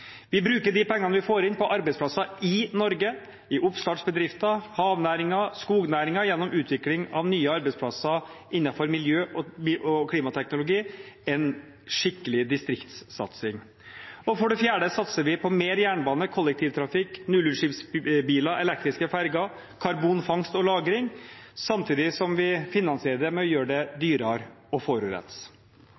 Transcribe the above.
Vi bruker de pengene vi får inn, på arbeidsplasser i Norge, i oppstartsbedrifter, i havnæringen, skognæringen, på utvikling av nye arbeidsplasser innenfor miljø og klimateknologi – en skikkelig distriktssatsing. Og for det fjerde satser vi på mer jernbane, kollektivtrafikk, nullutslippsbiler, elektriske ferger, karbonfangst og -lagring, samtidig som vi finansierer det med å gjøre det